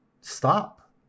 Stop